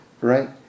right